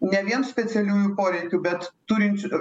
ne vien specialiųjų poreikių bet turinčių